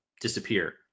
disappear